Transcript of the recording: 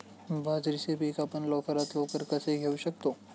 बाजरीचे पीक आपण लवकरात लवकर कसे घेऊ शकतो?